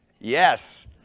Yes